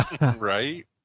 Right